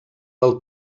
del